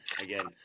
again